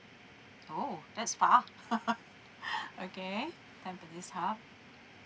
orh that's far okay tampines hub